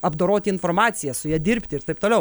apdoroti informaciją su ja dirbti ir taip toliau